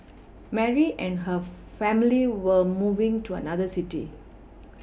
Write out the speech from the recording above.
Mary and her family were moving to another city